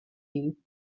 you